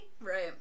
Right